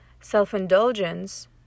Self-indulgence